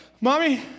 mommy